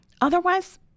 Otherwise